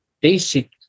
basic